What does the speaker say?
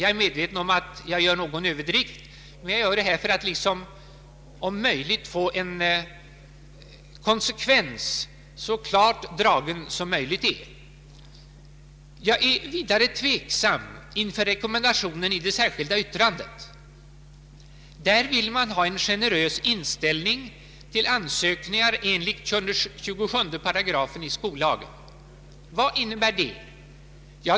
Jag är medveten om att jag gör någon överdrift, men jag gör det för att få en konsekvens så klart dragen som möjligt. Jag är vidare tveksam inför rekommendationen i det särskilda yttrandet. Där vill man ha en generös inställning till ansökningar enligt 27 § i skollagen. Vad innebär det?